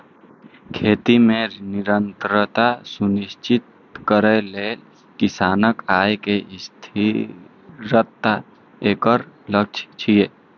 खेती मे निरंतरता सुनिश्चित करै लेल किसानक आय मे स्थिरता एकर लक्ष्य छियै